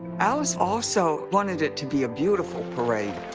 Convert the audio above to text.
alice also wanted it to be a beautiful parade.